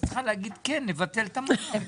את צריכה להגיד, כן, נבטל את המע"מ.